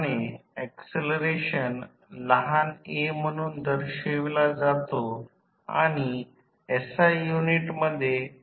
आणखी एक गोष्ट म्हणजे ऑटोट्रान्सफॉर्मर ज्याला असे म्हणतात की मुळात ते वाइंडिंग घेणारे ट्रान्सफॉर्मर असतात